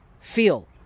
feel